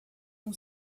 não